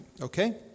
Okay